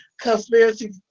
conspiracy